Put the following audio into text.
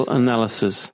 analysis